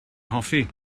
hoffi